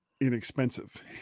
inexpensive